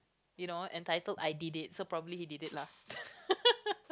you know entitled I did it so probably he did it lah